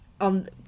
on